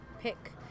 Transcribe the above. pick